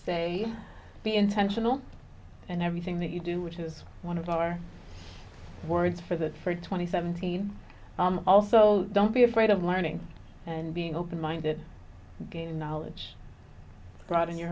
say be intentional and everything that you do which is one of our words for that for twenty seventeen also don't be afraid of learning and being open minded gaining knowledge broaden your